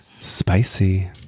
spicy